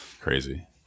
Crazy